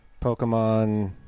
Pokemon